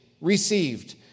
received